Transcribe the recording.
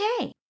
okay